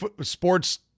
sports